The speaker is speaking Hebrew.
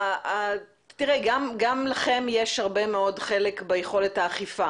גם לכם יש הרבה מאוד חלק ביכולת האכיפה